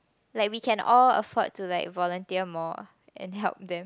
like we can all afford to like volunteer more and help them